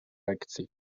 lekcji